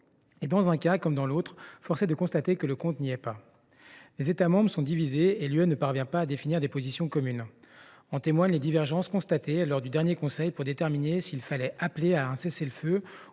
Et, dans un cas comme dans l’autre, force est de constater que le compte n’y est pas. Les États membres sont divisés et l’Union européenne ne parvient pas à définir des positions communes. En témoignent les divergences constatées lors du dernier Conseil pour déterminer s’il fallait appeler à un cessez le feu